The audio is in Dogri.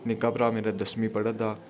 निक्का भ्रा मेरा दसमीं पढ़ै दा